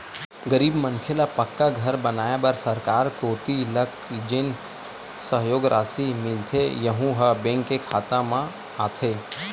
गरीब मनखे ल पक्का घर बनवाए बर सरकार कोती लक जेन सहयोग रासि मिलथे यहूँ ह बेंक के खाता म आथे